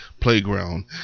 Playground